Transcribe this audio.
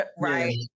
right